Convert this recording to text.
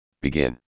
begin